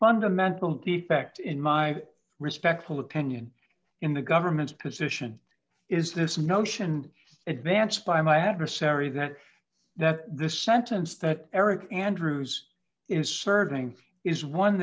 fundamental defect in my respectful opinion in the government's position is this notion advanced by my adversary that that this sentence that eric andrews is serving is one